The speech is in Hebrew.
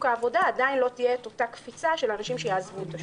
העבודה עדיין לא תהיה את אותה קפיצה של אנשים שיעזבו את השוק,